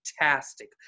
fantastic